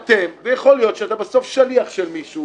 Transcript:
-- ויכול להיות שבסוף אתה שליח של מישהו